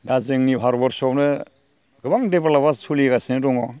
दा जोंनि भारत बरस'आवनो गोबां डेभल'पआ सोलिगासिनो दङ